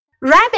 Rabbit